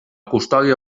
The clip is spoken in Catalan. custòdia